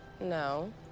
No